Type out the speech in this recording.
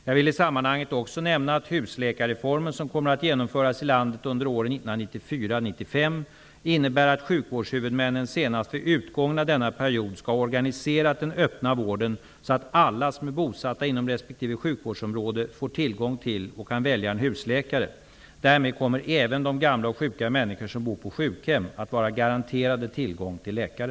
Jag vill i sammanhanget också nämna att husläkarreformen, som kommer att genomföras i landet under åren 1994--1995, innebär att sjukvårdshuvudmännen senast vid utgången av denna period skall ha organiserat den öppna vården så att alla som är bosattta inom respektive sjukvårdsområde får tillgång till och kan välja en husläkare. Därmed kommer även de gamla och sjuka människor som bor på sjukhem att vara garanterade tillgång till läkare.